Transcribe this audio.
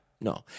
No